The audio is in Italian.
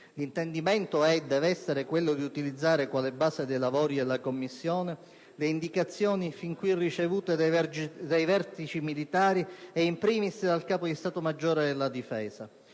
L'intendimento è e deve essere quello di utilizzare quale base dei lavori della commissione le indicazioni sin qui ricevute dai vertici militari e *in primis* dal Capo di Stato maggiore della Difesa,